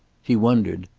he wondered.